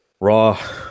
Raw